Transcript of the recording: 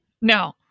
No